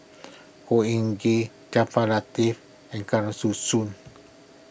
Khor Ean Ghee Jaafar Latiff and Kesavan Soon